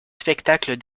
spectacles